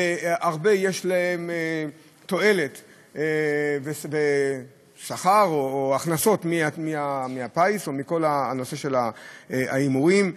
ויש להם הרבה תועלת בשכר או בהכנסות מהפיס ומכל הנושא של ההימורים,